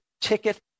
ticket